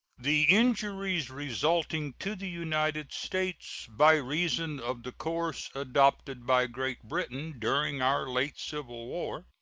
the injuries resulting to the united states by reason of the course adopted by great britain during our late civil war